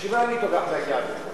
בשביל מה אני טורח, סעיף 1